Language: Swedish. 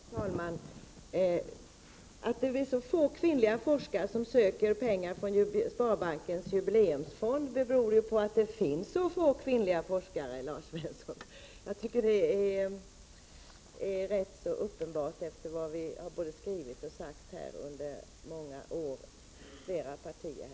Herr talman! Att det är så få kvinnliga forskare som söker pengar från riksbankens jubileumsfond beror på att det finns så få kvinnliga forskare, Lars Svensson. Det är rätt uppenbart, efter vad vi har både skrivit och sagt under många år från flera partier.